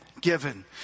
given